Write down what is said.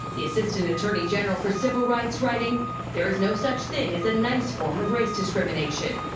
the assistant attorney general for civil rights writing there is no such thing as a nice form of race discrimination.